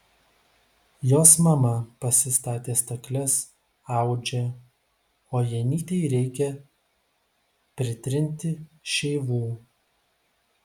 jos mama pasistatė stakles audžia o janytei reikia pritrinti šeivų